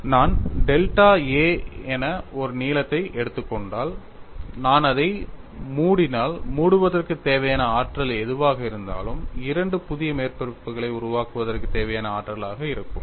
நான் delta a என ஒரு நீளத்தை எடுத்துக் கொண்டால் நான் அதை மூடினால் மூடுவதற்குத் தேவையான ஆற்றல் எதுவாக இருந்தாலும் இரண்டு புதிய மேற்பரப்புகளை உருவாக்குவதற்குத் தேவையான ஆற்றலாக இருக்கும்